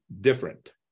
different